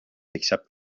except